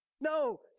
No